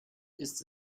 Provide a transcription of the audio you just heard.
ist